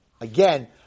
Again